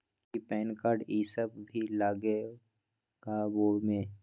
कि PAN card इ सब भी लगेगा वो में?